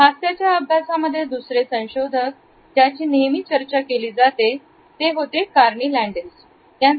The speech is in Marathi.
हास्याच्या अभ्यासामध्ये दुसरे संशोधन ज्याची नेहमी चर्चा केली जाते ते होते कारणी लांडेस यांचे